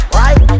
right